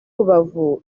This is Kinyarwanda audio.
rubavu